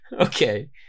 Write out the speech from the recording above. okay